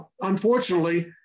unfortunately